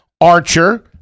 Archer